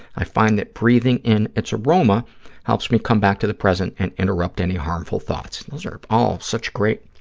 i find that breathing in its aroma helps me come back to the present and interrupt any harmful thoughts. those are all such great